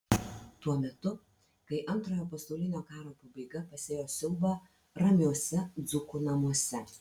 tuo metu kai antrojo pasaulinio karo pabaiga pasėjo siaubą ramiuose dzūkų namuose